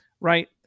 right